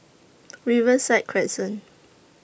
Riverside Crescent